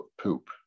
poop